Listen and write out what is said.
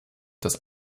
das